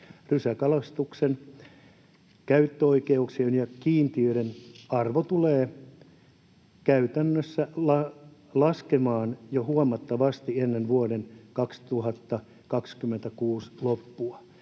Rysäkalastuksen käyttöoikeuksien ja kiintiöiden arvo tulee käytännössä laskemaan jo huomattavasti ennen vuoden 2026 loppua.”